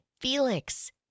Felix